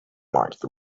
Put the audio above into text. marked